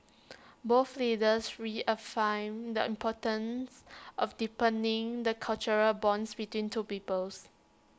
both leaders reaffirmed the importance of deepening the cultural bonds between two peoples